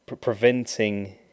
preventing